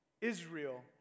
Israel